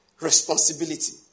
responsibility